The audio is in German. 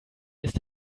ist